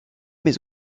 mais